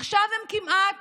עכשיו הם כמעט